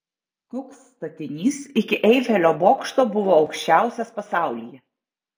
koks statinys iki eifelio bokšto buvo aukščiausias pasaulyje